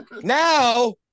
now